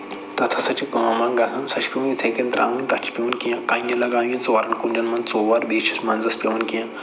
تِتھ ہسا چھِ کٲم اَکھ گژھان سۄ چھِ پٮ۪وان یِتھٕے کٔںی ترٛاوٕنۍ تَتھ چھِ پٮ۪وان کیٚنٛہہ کَنہِ لَگاونہِ ژورَن کوٗنٛجَن منٛز ژور بیٚیہِ چھِس منٛزَس پٮ۪وان کیٚنٛہہ